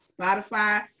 spotify